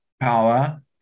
Power